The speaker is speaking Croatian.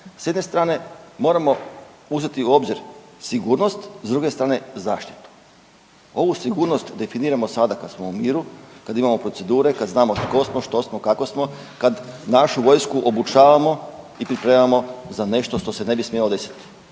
S jedne strane moramo uzeti u obzir sigurnost, s druge strane zaštitu. Ovu sigurnost definiramo sada kad smo u miru, kad imamo procedure, kad znamo tko smo, što smo, kako smo, kad našu vojsku obučavamo i pripremamo za nešto što se ne bi smjelo desiti,